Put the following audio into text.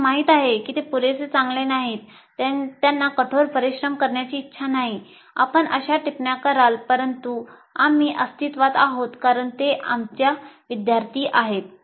आपणास माहित आहे की ते पुरेसे चांगले नाहीत त्यांना कठोर परिश्रम करण्याची इच्छा नाही आपण अशा टिप्पण्या कराल परंतु आम्ही अस्तित्वात आहोत कारण ते आमचे विद्यार्थी आहेत